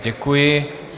Děkuji.